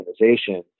organization